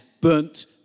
burnt